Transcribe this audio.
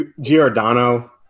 Giordano